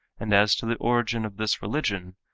and as to the origin of this religion,